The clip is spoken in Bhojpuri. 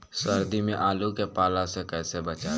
सर्दी में आलू के पाला से कैसे बचावें?